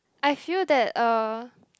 I feel that uh